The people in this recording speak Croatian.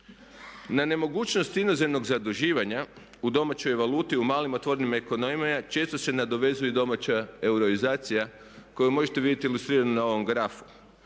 Na nemogućnost inozemnog zaduživanja u domaćoj valuti u malim otvorenim ekonomijama često se nadovezuju i domaća euroizacija koju možete vidjeti ilustriranu na ovom grafu,